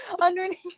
underneath